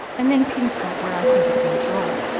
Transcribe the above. and then pinpoint where i think it goes wrong.